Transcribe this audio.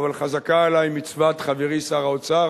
אבל חזקה עלי מצוות חברי שר האוצר,